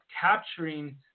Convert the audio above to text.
capturing